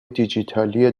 دیجیتالی